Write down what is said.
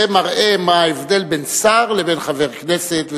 זה מראה מה ההבדל בין שר לבין חבר כנסת,